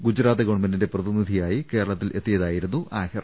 ഗുജറാത്ത് ഗവൺമെന്റിന്റെ പ്രതിനിധിയായി കേരളത്തിൽ എത്തിയതായിരുന്നു ആഹിർ